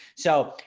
so,